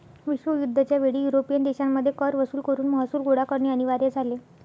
विश्वयुद्ध च्या वेळी युरोपियन देशांमध्ये कर वसूल करून महसूल गोळा करणे अनिवार्य झाले